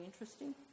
interesting